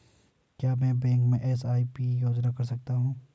क्या मैं बैंक में एस.आई.पी योजना कर सकता हूँ?